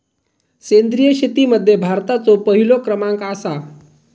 सेंद्रिय शेतीमध्ये भारताचो पहिलो क्रमांक आसा